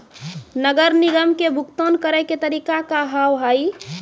नगर निगम के भुगतान करे के तरीका का हाव हाई?